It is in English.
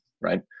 right